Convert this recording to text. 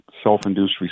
self-induced